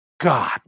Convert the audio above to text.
God